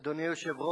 אדוני היושב-ראש,